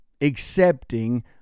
accepting